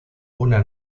una